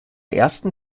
ersten